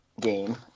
game